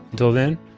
til then,